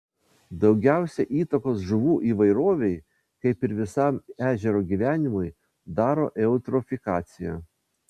daugiausiai įtakos žuvų įvairovei kaip ir visam ežero gyvenimui daro eutrofikacija